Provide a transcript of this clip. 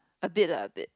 a bit lah a bit